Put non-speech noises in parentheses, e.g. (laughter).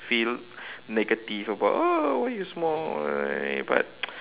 feel negative about oh why you smoke and all this but (noise)